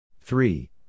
Three